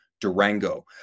Durango